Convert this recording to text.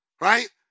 Right